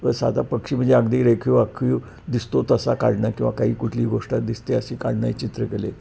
जसं आता पक्षी म्हणजे अगदी रेखीव आखीव दिसतो तसा काढणं किंवा काही कुठली गोष्ट दिसते अशी काढणं या चित्रकले